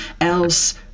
else